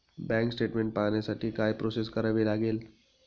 Bank statement पाहण्यासाठी काय process करावी लागेल?